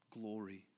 glory